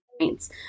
points